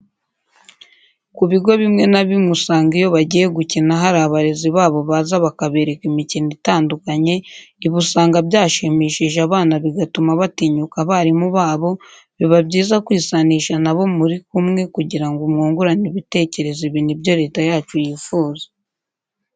Ku bigo bimwe na bimwe usanga iyo bagiye gukina hari abarezi babo baza bakabereka imikino itandukanye, ibi usanga byashimishije abana bigatuma batinyuka abarimu babo, biba byiza kwisanisha nabo muri kumwe kugira ngo mwungurane ibitekerezo, ibi ni byo leta yacu yifuza.